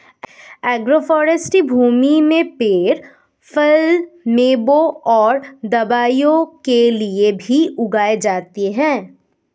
agroforestry भूमि में पेड़ फल, मेवों और दवाओं के लिए भी उगाए जाते है